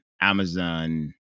Amazon